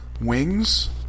Wings